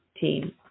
team